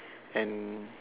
and